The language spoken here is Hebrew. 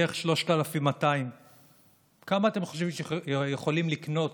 בערך 3,200. כמה אתם חושבים שיכולים לקנות